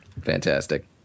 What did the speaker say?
Fantastic